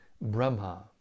Brahma